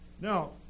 Now